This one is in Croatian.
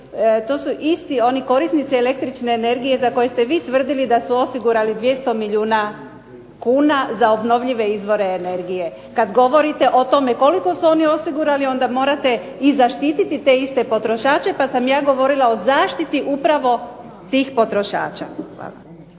To su isti oni korisnici električne energije za koje ste vi tvrdili da su osigurali 200 milijuna kuna za obnovljive izvore energije. Kada govorite o tome koliko su oni osigurali onda morate i zaštititi te iste potrošače, pa sam ja govorila o zaštiti upravo tih potrošača.